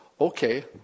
okay